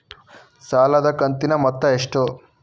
ಸಾಲದ ಕಂತಿನ ಮೊತ್ತ ಎಷ್ಟು?